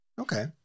okay